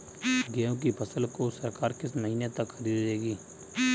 गेहूँ की फसल को सरकार किस महीने तक खरीदेगी?